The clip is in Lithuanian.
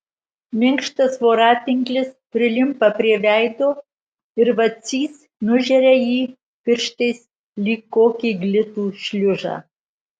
minkštas voratinklis prilimpa prie veido ir vacys nužeria jį pirštais lyg kokį glitų šliužą